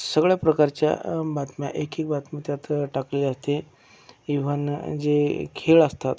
सगळ्या प्रकारच्या बातम्या एकेक बातमी त्यात टाकली जाते इव्हन जे खेळ असतात